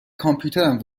کامپیوترم